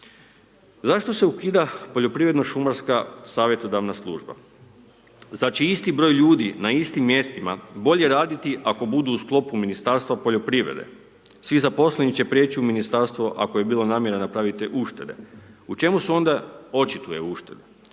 Zašto se ukida poljoprivredno-šumarska savjetodavna služba? Zar će isti broj ljudi, na istim mjestima bolje raditi ako budu u sklopu Ministarstva poljoprivrede? Svi zaposleni će prijeći u ministarstvo, ako je bila namjena napraviti uštede. U čemu se onda očituje ušteda,